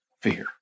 fear